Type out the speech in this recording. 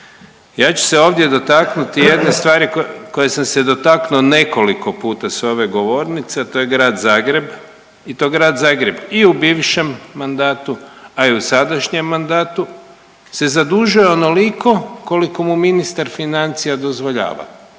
Ja ću se ovdje dotaknuti jedne stvari koje sam se dotaknuo nekoliko puta sa ove govornice, a to je grad Zagreb. i to grad Zagreb i u bivšem mandatu, a i u sadašnjem mandatu se zadužuje onoliko koliko mu ministar financija dozvoljava.